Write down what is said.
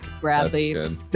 Bradley